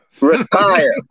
retire